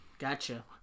Gotcha